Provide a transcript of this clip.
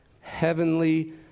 heavenly